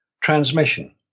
transmission